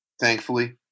thankfully